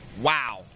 wow